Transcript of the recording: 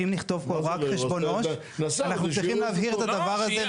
כי אם נכתוב פה רק חשבון עו"ש אנחנו צריכים להבהיר את הדבר הזה,